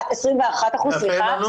21%, סליחה,